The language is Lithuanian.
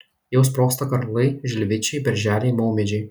jau sprogsta karklai žilvičiai berželiai maumedžiai